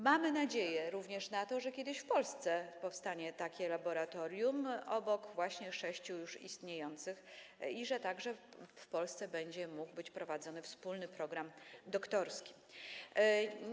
Mamy nadzieję również na to, że kiedyś w Polsce powstanie takie laboratorium obok sześciu już istniejących i że także w Polsce będzie mógł być prowadzony wspólny program doktorski.